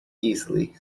easily